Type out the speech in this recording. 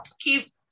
keep